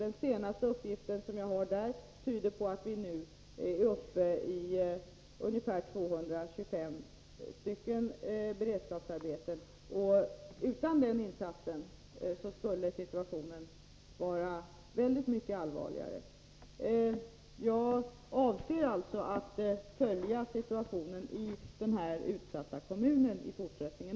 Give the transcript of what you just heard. Den senaste uppgiften tyder på att vi nu är uppe i ungefär 225 beredskapsarbeten. Utan den insatsen skulle situationen vara mycket allvarligare. Jag avser alltså att följa situationen i den här utsatta kommunen också i fortsättningen.